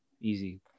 easy